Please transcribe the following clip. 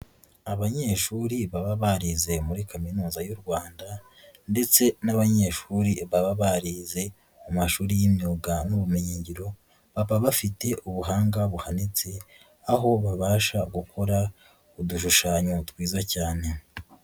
Abanyeshuri baba barize muri Kaminuza y'u Rwanda ndetse n'abanyeshuri baba barize, mu mashuri y'imyuga n'ubumenyingiro, baba bafite ubuhanga buhanitse, aho babasha gukora udushushanyo twiza cyane.